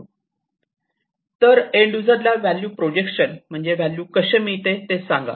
तर एन्ड यूजरला value projection म्हणजे व्हॅल्यू कसे मिळते ते सांगा